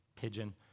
pigeon